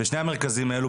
בשני המרכזים האלה,